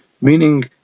Meaning